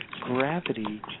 gravity